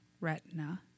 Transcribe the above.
Retina